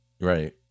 Right